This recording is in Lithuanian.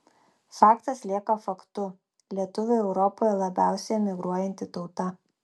faktas lieka faktu lietuviai europoje labiausiai emigruojanti tauta